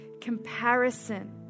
Comparison